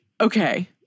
Okay